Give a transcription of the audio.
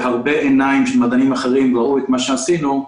שהרבה עיניים של מדענים אחרים ראו את מה שעשינו.